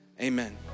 amen